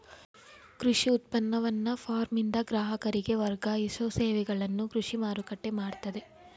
ಕೃಷಿ ಉತ್ಪನ್ನವನ್ನ ಫಾರ್ಮ್ನಿಂದ ಗ್ರಾಹಕರಿಗೆ ವರ್ಗಾಯಿಸೋ ಸೇವೆಗಳನ್ನು ಕೃಷಿ ಮಾರುಕಟ್ಟೆ ಮಾಡ್ತದೆ